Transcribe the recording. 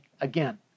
again